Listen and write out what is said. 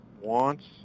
wants